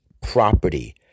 property